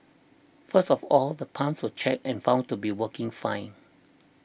first of all the pumps were checked and found to be working fine